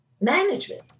management